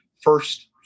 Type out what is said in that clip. first